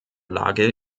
lage